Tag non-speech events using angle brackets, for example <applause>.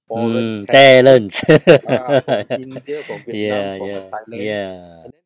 mm talents <laughs> ya ya ya